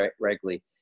regularly